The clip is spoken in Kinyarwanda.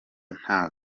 nta